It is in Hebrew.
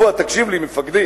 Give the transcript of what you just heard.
פואד, תקשיב לי, מפקדי.